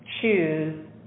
choose